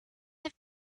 have